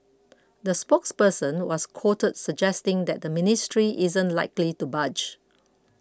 the spokesperson was quoted suggesting that the ministry isn't likely to budge